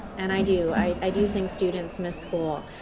and i do i do think students miss school.